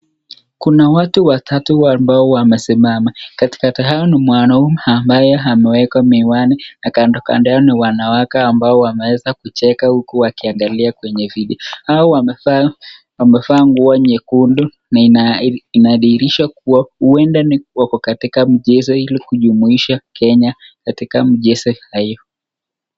Kuna watu watatu ambao wamesimama, katikati yao ni mwanaume ambaye ameweka miwani na kando kando yao ni wanawake ambao wameweza kucheka huku wakiangalia kwenye video ,hao wamevaa nguo nyekundu na inadhirisha kuwa huenda wako katika mchezo ili kujumuisha kenya katika michezo hayo.